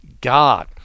God